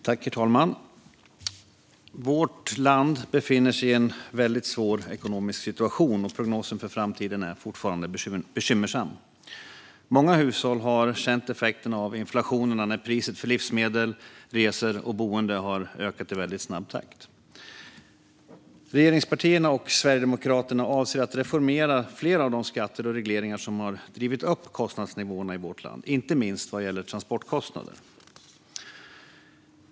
Herr talman! Vårt land befinner sig i en väldigt svår ekonomisk situation, och prognosen för framtiden är fortfarande bekymmersam. Många hushåll har känt effekterna av inflationen när priset för livsmedel, resor och boende har ökat i väldigt snabb takt. Regeringspartierna och Sverigedemokraterna avser att reformera flera av de skatter och regleringar som har drivit upp kostnadsnivåerna i vårt land, inte minst vad gäller transportkostnader.